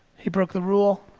he broke the rule.